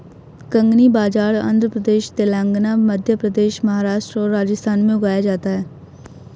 कंगनी बाजरा आंध्र प्रदेश, तेलंगाना, मध्य प्रदेश, महाराष्ट्र और राजस्थान में उगाया जाता है